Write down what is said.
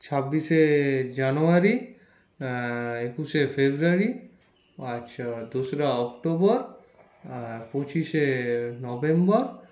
ছাব্বিশে জানোয়ারি একুশে ফেব্রুয়ারি আচ্ছা দোসরা অক্টোবর আর পঁচিশে নভেম্বর